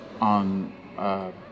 on